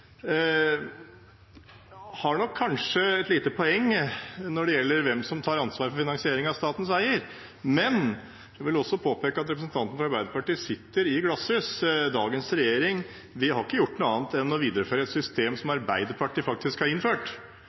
har nok kanskje et lite poeng når det gjelder hvem som tar ansvaret for finansiering av statens veier, men jeg vil også påpeke at representanten fra Arbeiderpartiet sitter i glasshus. Dagens regjering har ikke gjort noe annet enn å videreføre et system som Arbeiderpartiet